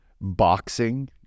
boxing